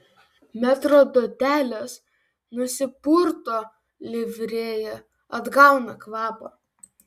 metrdotelis nusipurto livrėją atgauna kvapą